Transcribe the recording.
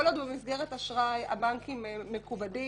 כל עוד הוא במסגרת אשראי, הבנקים מכובדים.